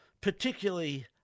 particularly